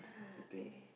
I think